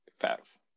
Facts